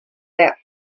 that